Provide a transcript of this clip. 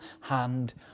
hand